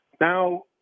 Now